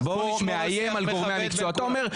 אתה מאיים פה על גורמי המקצוע,